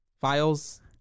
files